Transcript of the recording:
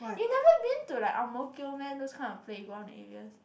you never been to like Ang-Mo-Kio meh those kind of playground areas